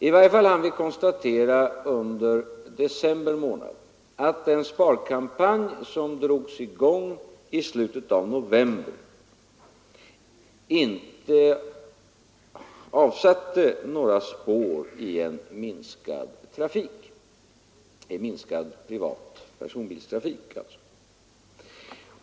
I varje fall hann vi under december månad konstatera, att den sparkampanj som drogs i gång i slutet av november inte avsatte några spår i en minskad privat personbilstrafik.